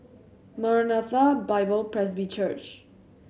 Maranatha Bible Presby Church